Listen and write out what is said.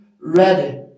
ready